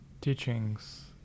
teachings